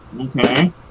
Okay